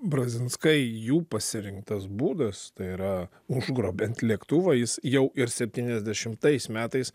brazinskai jų pasirinktas būdas tai yra užgrobiant lėktuvą jis jau ir septyniasdešimtais metais